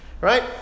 right